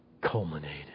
culminated